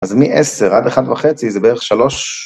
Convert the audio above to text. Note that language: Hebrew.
‫אז מעשר עד אחת וחצי זה בערך שלוש...